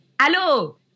Hello